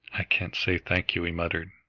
i can't say thank you, he muttered,